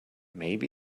maybe